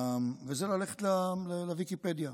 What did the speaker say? וזה ללכת לוויקיפדיה,